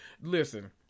Listen